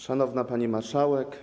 Szanowna Pani Marszałek!